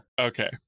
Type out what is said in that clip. okay